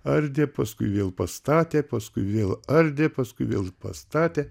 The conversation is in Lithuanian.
ardė paskui vėl pastatė paskui vėl ardė paskui vėl pastatė